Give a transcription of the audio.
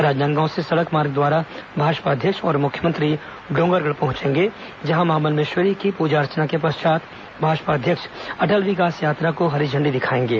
राजनांदगांव से सडक मार्ग द्वारा भाजपा अध्यक्ष और मुख्यमंत्री डोंगरगढ़ पहुंचेंगे जहां मां बम्लेश्वरी की पूजा अर्चना के पश्चात भाजपा अध्यक्ष अटल विकास यात्रा को हरी झंडी दिखाएंगे